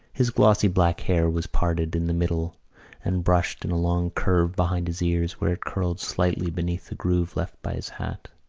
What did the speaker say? his glossy black hair was parted in the middle and brushed in a long curve behind his ears where it curled slightly beneath the groove left by his hat.